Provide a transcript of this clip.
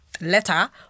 letter